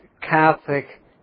Catholic